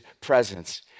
presence